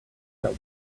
that